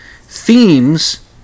Themes